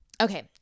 okay